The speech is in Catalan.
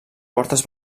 portes